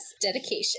dedication